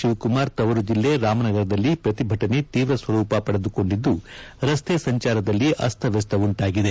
ಶಿವಕುಮಾರ್ ತವರು ಜಿಲ್ಲೆ ರಾಮನಗರದಲ್ಲಿ ಪ್ರತಿಭಟನೆ ತೀವ್ರ ಸ್ವರೂಪ ಪಡೆದುಕೊಂಡಿದ್ದು ರಸ್ತೆ ಸಂಚಾರದಲ್ಲಿ ಅಸ್ತವ್ಯಸ್ತ ಉಂಟಾಗಿದೆ